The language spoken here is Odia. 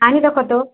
ଆଣି ରଖ ତ